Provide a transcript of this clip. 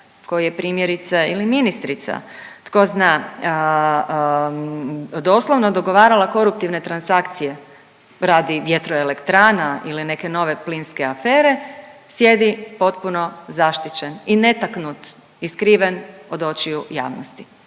koji je primjerice ili ministrica tko zna doslovno dogovarala koruptivne transakcije radi vjetroelektrana ili neke nove plinske afere sjedi potpuno zaštićen i netaknut i skriven od očiju javnosti,